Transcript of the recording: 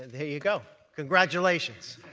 there you go. congratulations.